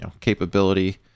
capability